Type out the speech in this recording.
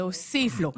להוסיף לו.